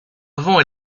avant